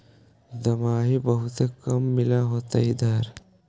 दमाहि बहुते काम मिल होतो इधर?